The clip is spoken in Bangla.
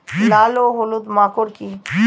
লাল ও হলুদ মাকর কী?